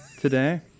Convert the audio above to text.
today